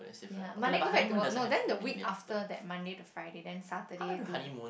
ya Monday go back to work no then the week after that Monday to Friday then Saturday to